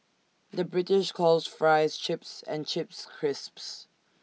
the British calls Fries Chips and Chips Crisps